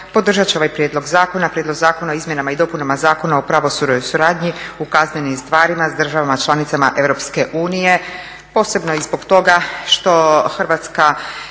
podržati će ovaj prijedlog zakona, Prijedlog zakona o izmjenama i dopunama Zakona o pravosudnoj suradnji u kaznnim stvarima s državama članicama Europske unije. Posebno i zbog toga što Hrvatska